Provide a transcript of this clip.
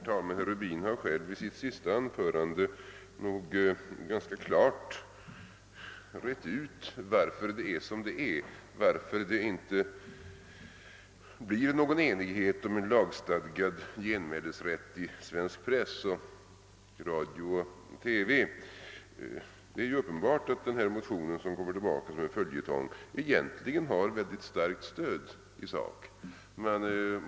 Herr talman! Herr Rubin har själv i sitt senaste anförande ganska klart rett ut orsakerna till att det inte kan bli någon enighet om en lagstadgad genmälesrätt i svensk press, radio och TV. Det är uppenbart att denna motion, som kommer tillbaka som en följetong, egentligen har starkt stöd i sak.